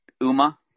Uma